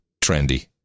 trendy